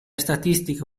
statistiche